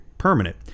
permanent